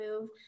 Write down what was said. move